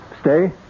Stay